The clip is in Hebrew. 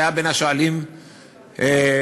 שהיה בין השואלים ברשות,